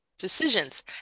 decisions